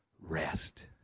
rest